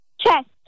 Chest